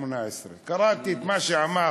קראתי את מה שאמר